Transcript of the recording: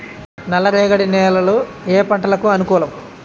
నల్లరేగడి నేలలు ఏ పంటలకు అనుకూలం?